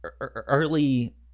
early